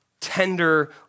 tender